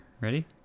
Ready